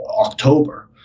October